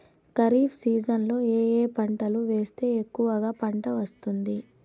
ఖరీఫ్ సీజన్లలో ఏ ఏ పంటలు వేస్తే ఎక్కువగా పంట వస్తుంది?